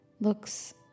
looks